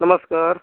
नमस्कार